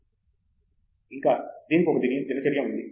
professor Andrew Thangaraj ఇంకా దీనికి ఒక దినచర్య ఉంది